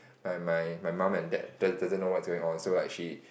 my my my mum and dad do~ doesn't know what's going on so like she